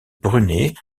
brunet